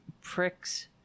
pricks